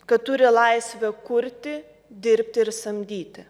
kad turi laisvę kurti dirbti ir samdyti